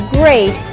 great